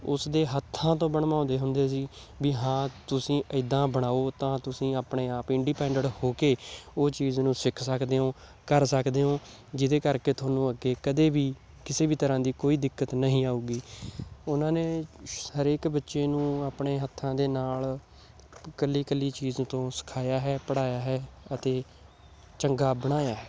ਉਸਦੇ ਹੱਥਾਂ ਤੋਂ ਬਣਵਾਉਂਦੇ ਹੁੰਦੇ ਸੀ ਵੀ ਹਾਂ ਤੁਸੀਂ ਇੱਦਾਂ ਬਣਾਓ ਤਾਂ ਤੁਸੀਂ ਆਪਣੇ ਆਪ ਇੰਡੀਪੈਂਡੈਂਟ ਹੋ ਕੇ ਉਹ ਚੀਜ਼ ਨੂੰ ਸਿੱਖ ਸਕਦੇ ਹੋ ਕਰ ਸਕਦੇ ਹੋ ਜਿਹਦੇ ਕਰਕੇ ਤੁਹਾਨੂੰ ਅੱਗੇ ਕਦੇ ਵੀ ਕਿਸੇ ਵੀ ਤਰ੍ਹਾਂ ਦੀ ਕੋਈ ਦਿੱਕਤ ਨਹੀਂ ਆਊਗੀ ਉਹਨਾਂ ਨੇ ਹਰੇਕ ਬੱਚੇ ਨੂੰ ਆਪਣੇ ਹੱਥਾਂ ਦੇ ਨਾਲ ਇਕੱਲੀ ਇਕੱਲੀ ਚੀਜ਼ ਤੋਂ ਸਿਖਾਇਆ ਹੈ ਪੜ੍ਹਾਇਆ ਹੈ ਅਤੇ ਚੰਗਾ ਬਣਾਇਆ ਹੈ